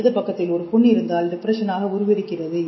இடது பக்கத்தில் ஒரு புண் இருந்தால் டிப்ரெக்ஷனாக உருவெடுக்கிறது